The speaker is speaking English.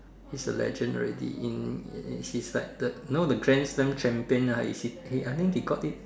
she's a legend already in she's like thirt~ you know the grand slam champion ah is she I think she got it